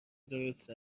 درست